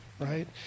right